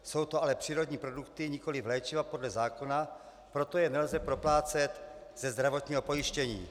Jsou to ale přírodní produkty, nikoliv léčiva podle zákona, proto je nelze proplácet ze zdravotního pojištění.